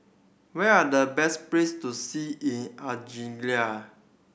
where are the best place to see in Algeria